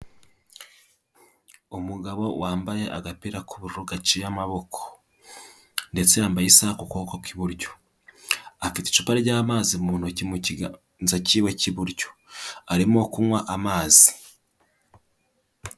Umugabo wambaye agapira k'uburu gaciye amaboko, ndetse yambaye isaha kuboko k'iburyo, afite icupa ry'amazi mu ntoki mu kiganza kiwe k'iburyo, arimo kunywa amazi.